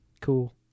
cool